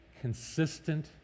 consistent